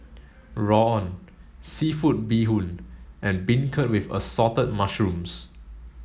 Rawon seafood bee hoon and beancurd with assorted mushrooms